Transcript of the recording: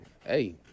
Hey